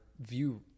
view